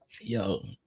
Yo